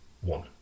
one